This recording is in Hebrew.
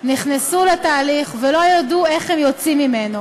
נכנסו לתהליך ולא ידעו איך הם יוצאים ממנו.